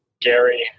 Gary